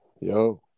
Yo